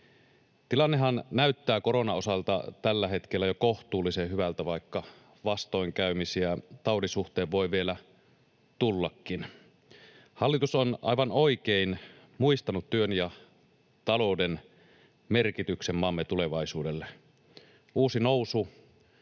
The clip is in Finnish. Tilannehan näyttää koronan osalta tällä hetkellä jo kohtuullisen hyvältä, vaikka vastoinkäymisiä taudin suhteen voi vielä tullakin. Hallitus on aivan oikein muistanut työn ja talouden merkityksen maamme tulevaisuudelle. Uusi nousu